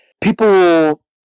People